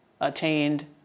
attained